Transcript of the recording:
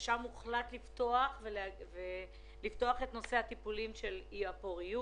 שם הוחלט לפתוח את טיפולי הפוריות.